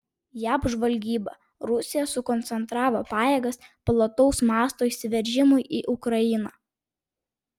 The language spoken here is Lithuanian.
jav žvalgyba rusija sukoncentravo pajėgas plataus mąsto įsiveržimui į ukrainą